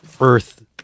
earth